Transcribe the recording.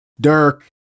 Dirk